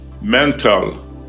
mental